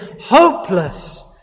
hopeless